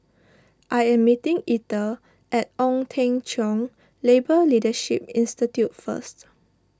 I am meeting Ether at Ong Teng Cheong Labour Leadership Institute first